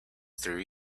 through